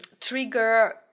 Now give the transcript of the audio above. trigger